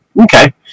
Okay